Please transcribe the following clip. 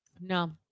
No